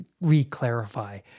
re-clarify